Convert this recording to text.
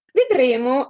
vedremo